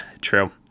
True